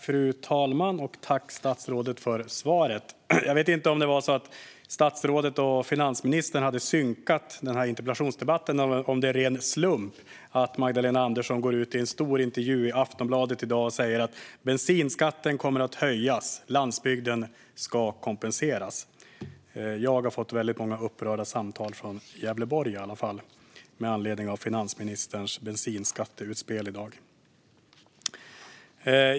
Fru talman! Tack, statsrådet, för svaret! Jag vet inte om statsrådet och finansministern hade synkat denna interpellationsdebatt eller om det är en ren slump att Magdalena Andersson går ut i en stor intervju i Aftonbladet i dag och säger att bensinskatten kommer att höjas och att landsbygden ska kompenseras. Jag har i alla fall fått många upprörda samtal från Gävleborg med anledning av finansministerns bensinskatteutspel i dag.